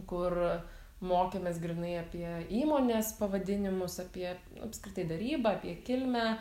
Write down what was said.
kur mokėmės grynai apie įmonės pavadinimus apie apskritai darybą apie kilmę